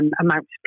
amounts